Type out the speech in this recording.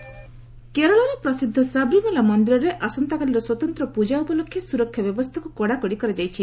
ସାମରିମାଳା କେରଳର ପ୍ରସିଦ୍ଧ ସାବରିମାଳା ମନ୍ଦିରରେ ଆସନ୍ତାକାଲିର ସ୍ୱତନ୍ତ୍ର ପ୍ରଜା ଉପଲକ୍ଷେ ସୁରକ୍ଷା ବ୍ୟବସ୍ଥାକୁ କଡ଼ାକଡ଼ି କରାଯାଇଛି